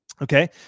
Okay